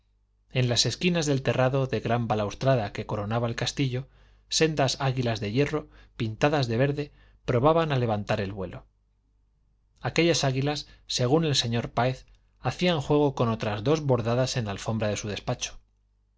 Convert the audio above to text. en las esquinas del terrado de gran balaustrada que coronaba el castillo sendas águilas de hierro pintadas de verde probaban a levantar el vuelo aquellas águilas según el señor páez hacían juego con otras dos bordadas en la alfombra de su despacho